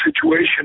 situation